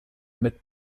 mit